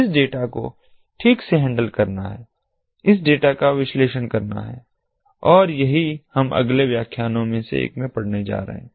इस डेटा को ठीक से हैंडल करना है इस डेटा का विश्लेषण करना है और यही हम अगले व्याख्यानो में से एक में पढ़ने जा रहे हैं